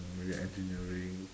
maybe engineering